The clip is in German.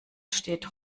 steht